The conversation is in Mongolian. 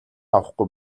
авахгүй